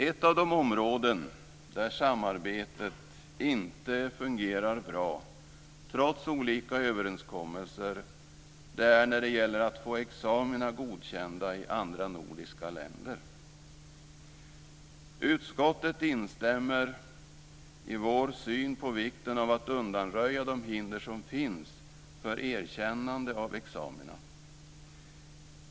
Ett av de områden där samarbetet inte fungerar bra trots olika överenskommelser gäller godkännande av examina i andra nordiska länder. Utskottet instämmer i vår syn på vikten av att undanröja de hinder som finns för erkännande av examina.